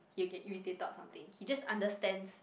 he'll get irritated or something he just understands